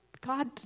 God